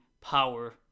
power